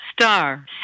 star